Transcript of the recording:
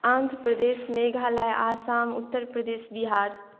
Andhra Pradesh Meghalaya Assam Uttar Pradesh Bihar